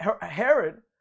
Herod